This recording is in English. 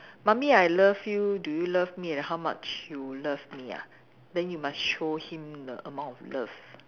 mummy I love you do you love me and how much you love me ah then you must show him the amount of love